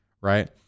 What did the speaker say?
right